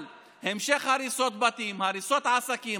על המשך הריסות בתים, על הריסות עסקים?